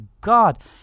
God